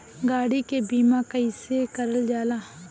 गाड़ी के बीमा कईसे करल जाला?